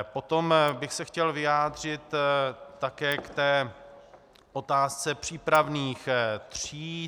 Potom bych se chtěl vyjádřit také k otázce přípravných tříd.